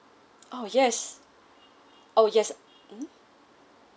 oh yes oh yes hmm